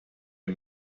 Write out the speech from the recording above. you